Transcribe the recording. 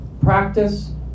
practice